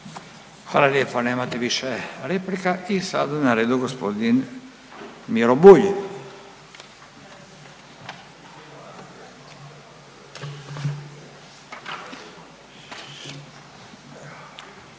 Hvala lijepo. Nemate više replika. I sada je na redu gospodin Miro Bulj.